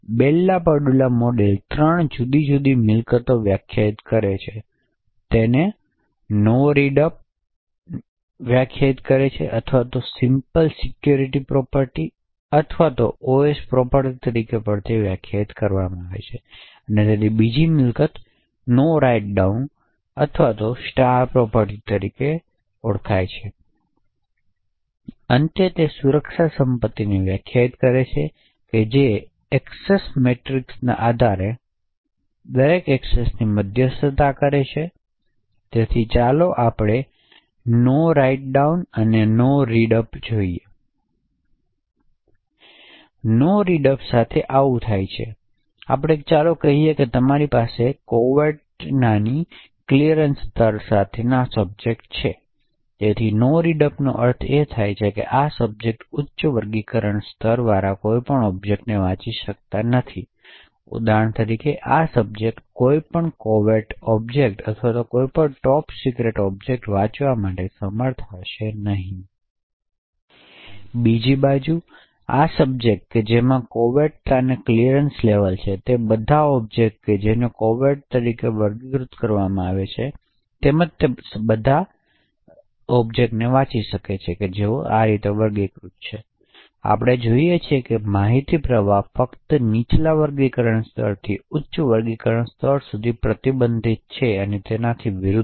બેલ LaPadula model ત્રણ જુદી જુદી મિલકતોને વ્યાખ્યાયિત કરે છે તે નો રીડ અપ ને વ્યાખ્યાયિત કરે છે અથવા સિમ્પલ સિક્યુરિટી પ્રોપર્ટી અથવા એસએસ પ્રોપર્ટી તરીકે પણ ઓળખાય છે તે બીજી મિલકત "નો રાઇટ ડાઉન" અથવા સ્ટાર પ્રોપર્ટી તરીકે પણ ઓળખાય છે અને અંતે તે સુરક્ષા સંપત્તિને વ્યાખ્યાયિત કરે છે જે એક્સેસ મેટ્રિક્સના આધારે દરેક એક્સેસની મધ્યસ્થતા કરે છે તેથી ચાલો No Write Down અને No Read Up જોઈએ નો રીડ અપ સાથે આવું થાય છે ચાલો આપણે કહીએ કે તમારી પાસે કોવેર્ટતાના ક્લિઅરન્સ સ્તર સાથેનો સબ્જેક્ટ છે તેથી નો રીડ અપ નો અર્થ એ થાય કે આ સબ્જેક્ટ ઉચ્ચ વર્ગીકરણ સ્તરવાળી કોઈપણ ઓબ્જેક્ટ્સને વાંચી શકતો નથી ઉદાહરણ તરીકે આ સબ્જેક્ટ કોઈપણ કોવેર્ટ ઓબ્જેક્ટ્સ અથવા કોઈપણ ટોપ સિક્રેટ ઓબ્જેક્ટ્સ વાંચવા માટે સમર્થ હશે નહીં બીજી બાજુ આ સબ્જેક્ટ કે જેમાં કોવેર્ટતાના ક્લિયરન્સ લેવલ છે તે બધા ઓબ્જેક્ટ જેને કોવેર્ટ તરીકે વર્ગીકૃત કરવામાં આવી છે તે તેમજ તે તમામ ઓબ્જેક્ટ્સ વાંચી શકે છે જેઓ વર્ગીકૃત છે આપણે જોઈએ છીએ કે માહિતી પ્રવાહ ફક્ત નીચલા વર્ગીકરણ સ્તરથી ઉચ્ચ વર્ગીકરણ સ્તર સુધી પ્રતિબંધિત છે અને તેનાથી વિરુદ્ધ